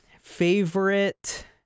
favorite